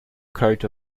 coat